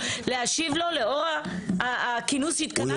להשיב לו לאור הכינוס שהתכנסנו כאן?